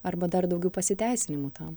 arba dar daugiau pasiteisinimų tam